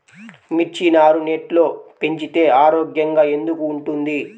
మిర్చి నారు నెట్లో పెంచితే ఆరోగ్యంగా ఎందుకు ఉంటుంది?